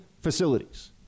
facilities